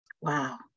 Wow